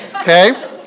okay